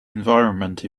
environment